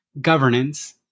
governance